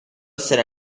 essere